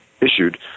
issued